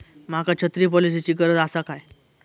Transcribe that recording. माका छत्री पॉलिसिची गरज आसा काय?